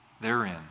therein